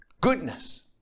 goodness